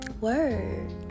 Word